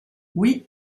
oui